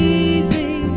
easy